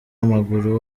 w’amaguru